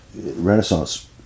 Renaissance